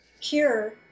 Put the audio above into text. cure